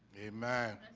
a mine